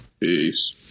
Peace